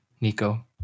Nico